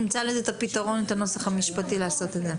נמצא את הנוסח המשפטי לעשות את זה.